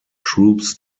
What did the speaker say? troops